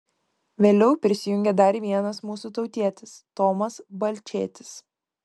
vėliau prisijungė dar vienas mūsų tautietis tomas balčėtis